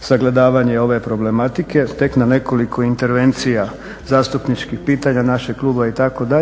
sagledavanje ove problematike, tek na nekoliko intervencija zastupničkih pitanja našeg kluba itd.